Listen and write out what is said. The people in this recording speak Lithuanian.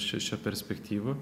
šia šia perspektyva